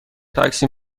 تاکسی